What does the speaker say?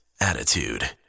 Attitude